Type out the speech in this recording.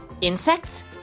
Insects